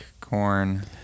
corn